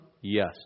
Yes